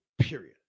period